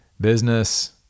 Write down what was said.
business